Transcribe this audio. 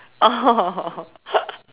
oh